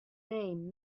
name